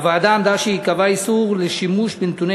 הוועדה עמדה על כך שייקבע איסור שימוש בנתוני